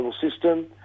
system